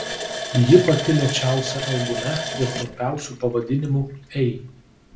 ji pati lėčiausia albume ir trumpiausiu pavadinimu ei